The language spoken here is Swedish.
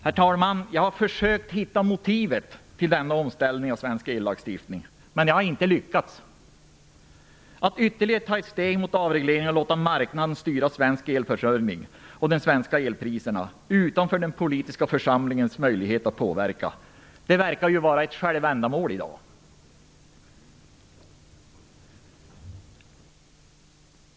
Herr talman! Jag har försökt att hitta motivet till denna omställning av den svenska ellagstiftningen, men jag har inte lyckats. Att ta ytterligare ett steg mot en avreglering och att låta marknaden styra svensk elförsörjning och de svenska elpriserna bortom den politiska församlingens möjlighet att påverka tycks i dag vara ett självändamål.